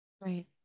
Right